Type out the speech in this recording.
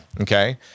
Okay